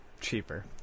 cheaper